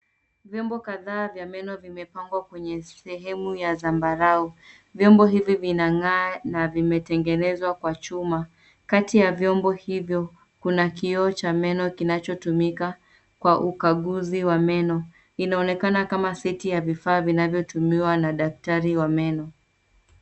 Vyombo kadhaa vya meno vimepangwa kwenye sehemu ya zambarau. Vyombo hivi vinang'aa na vimetengenezwa kwa chuma. Kati ya vyombo hivyo kuna kioo cha meno kinachotumika kwa ukaguzi wa meno. Inaonekana kama seti ya vifaa vinavyotumiwa na daktari wa meno.